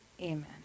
Amen